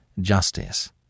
justice